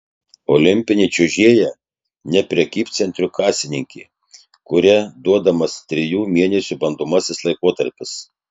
olimpinė čiuožėja ne prekybcentrio kasininkė kuria duodamas trijų mėnesių bandomasis laikotarpis